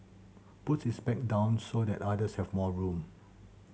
puts his bag down so that others have more room